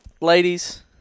ladies